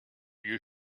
you